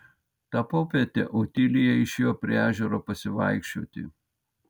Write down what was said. tą popietę otilija išėjo prie ežero pasivaikščioti